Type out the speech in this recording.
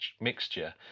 mixture